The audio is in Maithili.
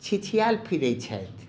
छिछियाल फिरै छथि